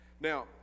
Now